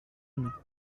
une